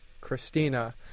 Christina